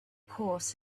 course